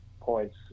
points